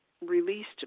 released